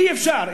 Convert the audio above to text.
אי-אפשר.